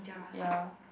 ya